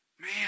Man